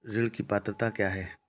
ऋण की पात्रता क्या है?